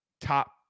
Top